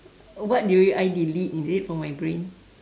what do you I delete is it from my brain